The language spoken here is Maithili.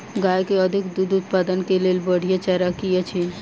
गाय केँ अधिक दुग्ध उत्पादन केँ लेल बढ़िया चारा की अछि?